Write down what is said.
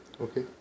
Okay